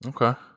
Okay